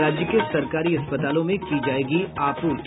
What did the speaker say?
राज्य के सरकारी अस्पतालों में की जायेगी आपूर्ति